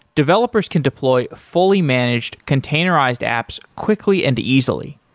developers can deploy fully managed containerized apps quickly and easily.